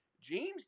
James